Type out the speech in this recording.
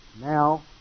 Now